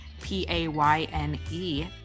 P-A-Y-N-E